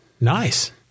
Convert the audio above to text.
Nice